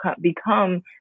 become